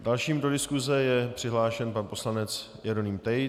Dalším do diskuse je přihlášen pan poslanec Jeroným Tejc.